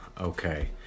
Okay